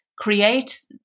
create